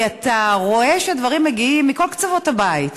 כי אתה רואה שהדברים מגיעים מכל קצוות הבית,